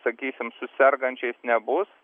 sakysim su sergančiais nebus